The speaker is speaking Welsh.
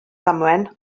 ddamwain